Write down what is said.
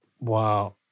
Wow